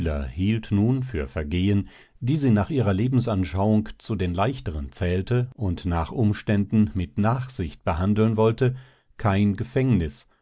hielt nun für vergehen die sie nach ihrer lebensanschauung zu den leichteren zählte und nach umständen mit nachsicht behandeln wollte kein gefängnis